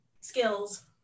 skills